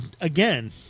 again